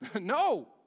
No